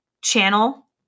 channel